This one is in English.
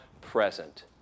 present